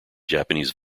japanese